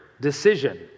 decision